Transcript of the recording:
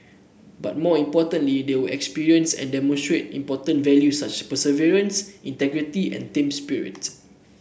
but more importantly they will experience and demonstrate important values such perseverance integrity and team spirit